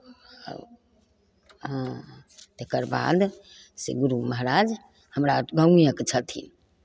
आ हँ तकर बाद से गुरू महाराज हमरा गाँवेके छथिन